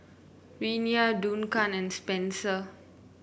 Renea Duncan and Spenser